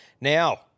Now